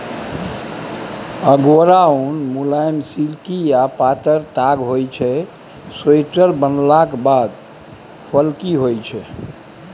अगोरा उन मुलायम, सिल्की आ पातर ताग होइ छै स्वेटर बनलाक बाद फ्लफी होइ छै